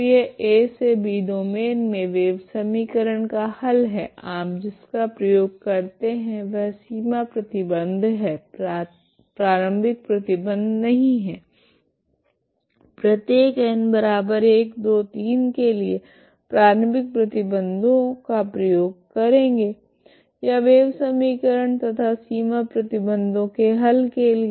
तो यह a से b डोमैन मे वेव समीकरण का हल है आप जिसका प्रयोग करते है वह सीमा प्रतिबंध है प्रारम्भिक प्रतिबंध नहीं है प्रत्येक n123 के लिए प्रारम्भिक प्रतिबंधों का प्रयोग करेगे या वेव समीकरण तथा सीमा प्रतिबंधों के हल के लिए